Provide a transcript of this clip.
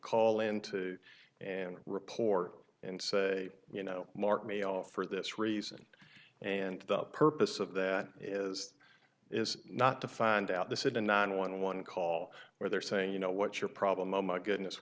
call in to and report and say you know mark me off for this reason and the purpose of that is is not to find out this it in nine one one call where they're saying you know what your problem oh my goodness